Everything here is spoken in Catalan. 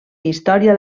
història